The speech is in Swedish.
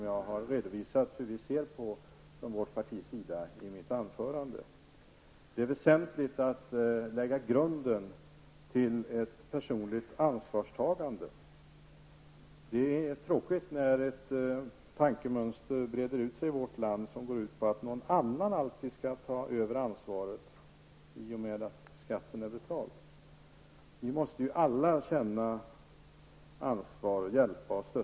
Jag har i mitt anförande redovisat hur vi moderater ser på detta. Det är väsentligt att lägga grunden till ett personligt ansvarstagande. Det är tråkigt när det i vårt land breder ut sig ett tankemönster som går ut på att någon annan alltid skall överta ansvaret i och med att skatten är betald. Vi måste alla känna ansvar och ge hjälp och stöd.